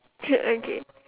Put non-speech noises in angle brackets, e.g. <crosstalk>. <laughs> okay